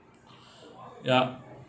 yup